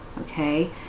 okay